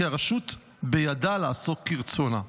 כי הרשות בידה לעשות כרצונה.